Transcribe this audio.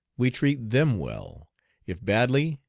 we treat them well if badly,